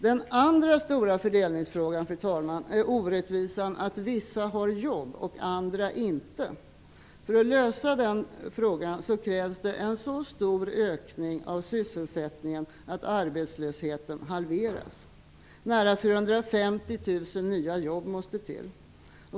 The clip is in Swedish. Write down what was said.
Den andra stora fördelningsfrågan, fru talman, gäller orättvisan att vissa har jobb och andra inte. För att lösa det problemet krävs en så stor ökning av sysselsättningen att arbetslösheten halveras. Nära 450 000 nya jobb måste till.